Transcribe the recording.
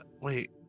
wait